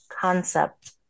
concept